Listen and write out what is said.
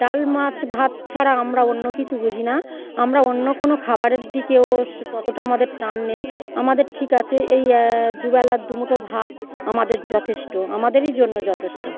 ডাল মাছ ভাত ছাড়া আমরা অন্য কিছু বুঝি না আমরা অন্য কোনো খাবারের দিকেও ততটা আমাদের টান নেই আমাদের ঠিক আছে এই দু বেলার দু মুঠো ভাত আমাদের যথেষ্ট আমাদেরই জন্য যথেষ্ট